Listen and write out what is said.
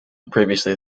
previously